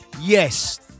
Yes